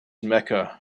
mecca